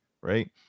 right